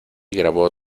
grabó